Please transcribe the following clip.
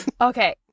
Okay